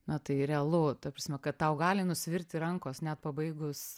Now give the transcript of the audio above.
na tai realu ta prasme kad tau gali nusvirti rankos net pabaigus